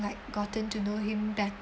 like gotten to know him better